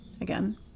again